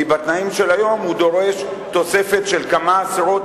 כי בתנאים של היום הוא דורש תוספת של כמה עשרות